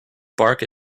bark